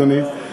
אדוני,